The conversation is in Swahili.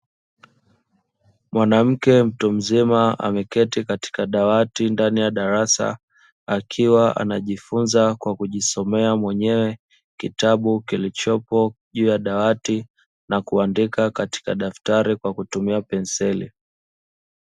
Mwanamke mtu mzima ameketi katika dawati ndani ya darasa akiwa anajifunza kwa kujisomea mwenyewe kitabu kilichopo juu ya dawati na kuandika katika daftari kwa kutumia penseli.